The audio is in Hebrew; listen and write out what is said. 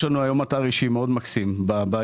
יש לנו היום אתר אישי מאוד מקסים באינטרנט,